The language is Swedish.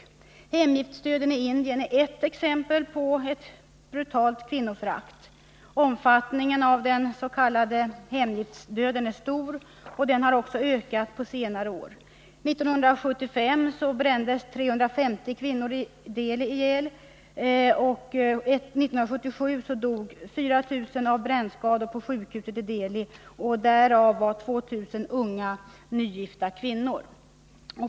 147 ”Hemgiftsdöden” i Indien är ett exempel på ett brutalt kvinnoförakt. Omfattningen av den s.k. hemgiftsdöden är stor och har ökat på senare år. 1975 brändes 350 kvinnor ihjäl i Delhi. År 1977 dog 4 000 av brännskador på sjukhuset i Delhi, och av dessa var det 2 000 unga nygifta kvinnor.